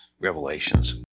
revelations